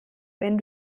wenn